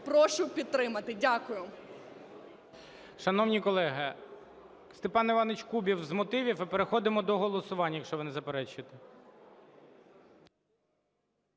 Прошу підтримати. Дякую. ГОЛОВУЮЧИЙ. Шановні колеги! Степан Іванович Кубів – з мотивів. І переходимо до голосування, якщо ви не заперечуєте.